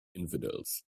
infidels